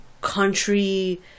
country